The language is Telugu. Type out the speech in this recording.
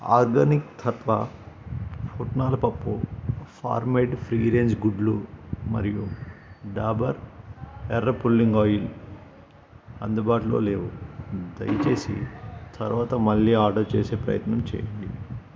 ఆర్గానిక్ తత్వ పుట్నాల పప్పు ఫార్మ్ మేడ్ ఫ్రీ రేంజ్ గుడ్లు మరియు డాబర్ ఎర్ర పుల్లింగ్ ఆయిల్ అందుబాటులో లేవు దయచేసి తరువాత మళ్ళీ ఆర్డర్ చేసే ప్రయత్నం చేయండి